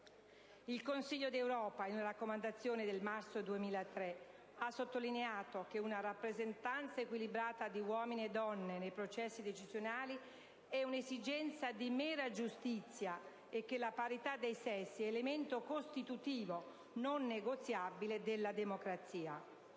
Il Consiglio d'Europa, in una raccomandazione del marzo 2003, ha sottolineato che una rappresentanza equilibrata di uomini e donne nei processi decisionali è un'esigenza di mera giustizia e che «la parità dei sessi è elemento costitutivo, non negoziabile, della democrazia».